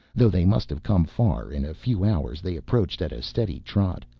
though they must have come far in a few hours they approached at a steady trot,